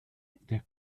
der